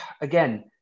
again